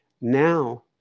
Now